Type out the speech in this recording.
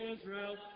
Israel